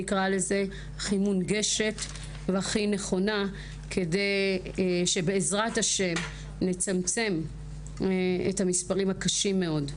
הכי מונגשת והכי נכונה כדי שבעזרת השם נצמצם את המספרים הקשים מאוד.